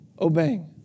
obeying